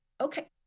okay